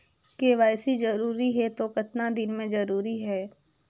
KYC जरूरी हे तो कतना दिन मे जरूरी है?